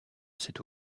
cette